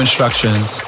instructions